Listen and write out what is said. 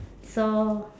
so